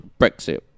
Brexit